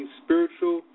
spiritual